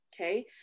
Okay